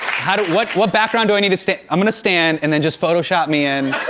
how do what, what background do i need to stand i'm gonna stand and then just photoshop me in,